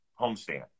homestand